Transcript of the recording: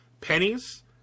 pennies